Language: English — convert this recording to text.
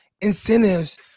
incentives